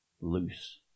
loose